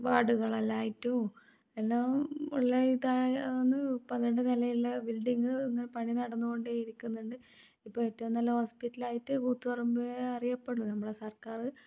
വാർഡുകളെല്ലാമായിട്ടും എല്ലാം ഉള്ള ഇതാണ് പന്ത്രണ്ടാം നിലയുള്ള ബിൽഡിംഗ് ഇങ്ങനെ പണി നടന്ന് കൊണ്ടേ ഇരിക്കുന്നുണ്ട് ഇപ്പോൾ ഏറ്റവും നല്ല ഹോസ്പിറ്റലായിട്ട് കൂത്തുപറമ്പ് അറിയപ്പെടുന്നു നമ്മളെ സർക്കാർ